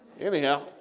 Anyhow